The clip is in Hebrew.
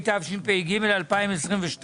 התשפ"ג-2022; והצעת צו נכי המלחמה בנאצים (שינוי שיעור התגמולים),